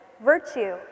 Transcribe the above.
Virtue